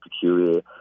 peculiar